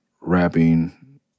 rapping